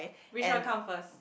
which one come first